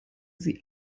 sie